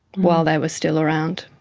while they were still around.